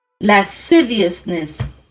lasciviousness